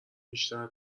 بیشتر